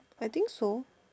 I think so